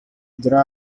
there